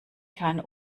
kann